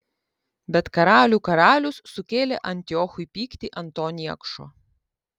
bet karalių karalius sukėlė antiochui pyktį ant to niekšo